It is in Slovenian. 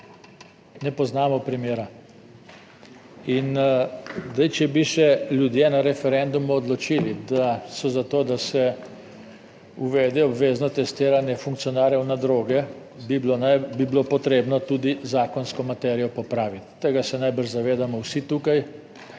Ne poznamo primera in zdaj, če bi se ljudje na referendumu odločili, da so za to, da se uvede obvezno testiranje funkcionarjev na droge, bi bilo potrebno tudi zakonsko materijo popraviti, tega se najbrž zavedamo vsi tukaj.